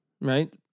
right